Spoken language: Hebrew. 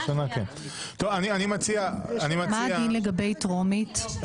מה הדין לגבי טרומית?